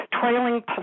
trailing